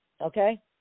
okay